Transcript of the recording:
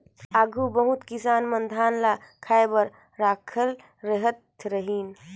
आघु बहुत किसान मन धान ल खाए बर राखिए लेहत रहिन